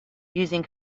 using